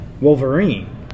Wolverine